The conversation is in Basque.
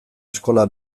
eskola